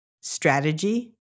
strategy